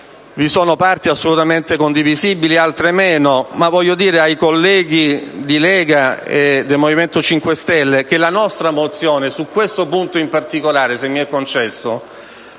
vi sono parti assolutamente condivisibili e altre che lo sono meno, ma voglio dire ai colleghi della Lega e del Movimento 5 Stelle che la nostra mozione su questo punto in particolare, se mi è concesso,